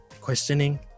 questioning